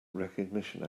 recognition